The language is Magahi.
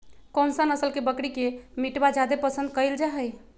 कौन सा नस्ल के बकरी के मीटबा जादे पसंद कइल जा हइ?